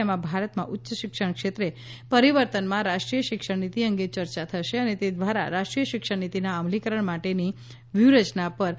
તેમાં ભારતમાં ઉચ્ય શિક્ષણ ક્ષેત્રે પરિવર્તનમાં રાષ્ટ્રીય શિક્ષણ નીતિ અંગે ચર્ચા થશે અને તે દ્વારા રાષ્ટ્રીય શિક્ષણ નીતિના અમલીકરણ માટેની વ્યૂહરચના પર વિચાર વિમર્શ થશે